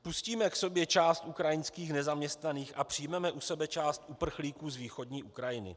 Pustíme k sobě část ukrajinských nezaměstnaných a přijmeme u sebe část uprchlíků z východní Ukrajiny?